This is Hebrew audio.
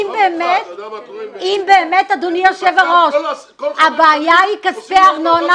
אם באמת, אדוני יושב הראש, הבעיה היא כספי ארנונה